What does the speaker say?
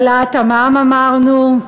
העלאת המע"מ אמרנו,